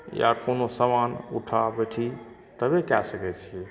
या कोनो समान ऊठा बैठी तबे कए सकै छियै